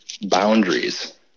boundaries